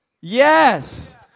Yes